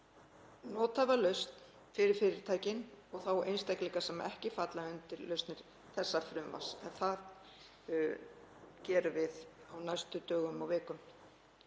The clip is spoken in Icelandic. nothæfa lausn fyrir fyrirtækin og þá einstaklinga sem ekki falla undir lausnir þessa frumvarps en það gerum við á næstu dögum og vikum.